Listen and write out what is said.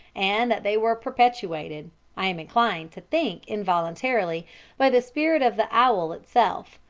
and that they were perpetrated i am inclined to think involuntarily by the spirit of the owl itself.